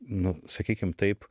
nu sakykim taip